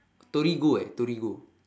torigo eh torigo